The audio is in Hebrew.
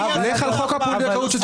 לך על חוק הפונדקאות.